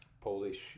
polish